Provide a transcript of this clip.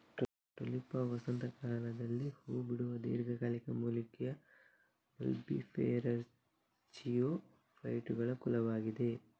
Tulipa ವಸಂತ ಕಾಲದಲ್ಲಿ ಹೂ ಬಿಡುವ ದೀರ್ಘಕಾಲಿಕ ಮೂಲಿಕೆಯ ಬಲ್ಬಿಫೆರಸ್ಜಿಯೋಫೈಟುಗಳ ಕುಲವಾಗಿದೆ